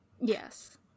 Yes